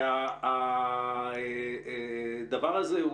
והדבר הזה,